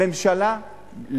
הממשלה,